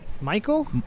Michael